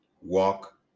walk